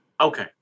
Okay